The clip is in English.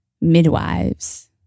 midwives